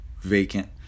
vacant